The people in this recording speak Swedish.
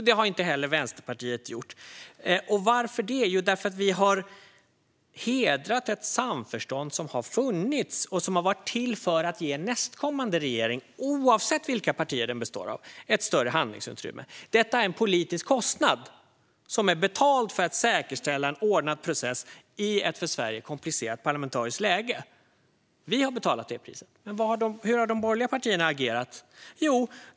Det har inte heller Vänsterpartiet gjort. Varför det? Jo, vi har hedrat ett samförstånd som har varit till för att ge nästkommande regering - oavsett vilka partier den består av - större handlingsutrymme. Detta är en politisk kostnad som betalas för att säkerställa en ordnad process i ett för Sverige komplicerat parlamentariskt läge. Vi har betalat det priset. Men hur har de borgerliga partierna agerat?